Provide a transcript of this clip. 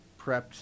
prepped